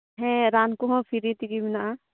ᱦᱮᱸ ᱨᱟᱱ ᱠᱚᱦᱚᱸ ᱯᱷᱨᱤ ᱛᱮᱜᱮ ᱢᱮᱱᱟᱜᱼᱟ